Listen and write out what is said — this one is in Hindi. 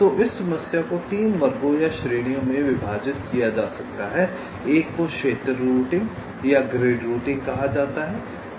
तो इस समस्या को 3 वर्गों या श्रेणियों में विभाजित किया जा सकता है एक को क्षेत्र रूटिंग या ग्रिड रूटिंग कहा जाता है